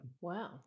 Wow